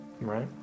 Right